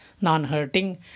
non-hurting